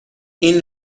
این